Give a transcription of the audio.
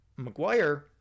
mcguire